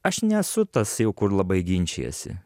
aš nesu tas jau kur labai ginčijasi